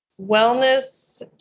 wellness